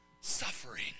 Suffering